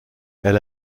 elle